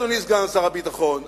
אדוני סגן שר הביטחון,